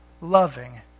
loving